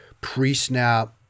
pre-snap